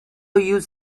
use